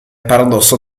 paradosso